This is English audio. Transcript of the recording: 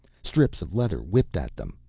strips of leather whipped at them,